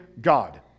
God